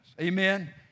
Amen